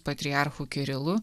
patriarchu kirilu